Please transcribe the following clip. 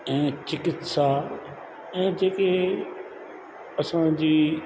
ऐं चिकित्सा ऐं जेके असांजी